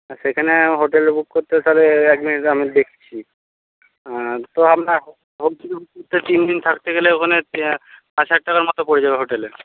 সেখানে hotel book করতে তাহলে এক মিনিট দাঁড়ান আমি দেখছি তো আপনার বলছিলাম তিনদিন থাকতে গেলে ওখানে পাঁচ হাজার টাকার মতো পড়ে যাবে হোটেলে